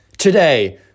Today